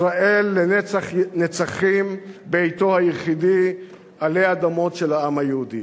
ישראל לנצח נצחים ביתו היחידי עלי אדמות של העם היהודי.